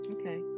Okay